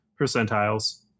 percentiles